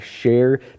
share